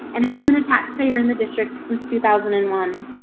and have been a taxpayer in the district since two thousand and one.